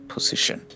Position